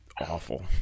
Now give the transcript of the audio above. awful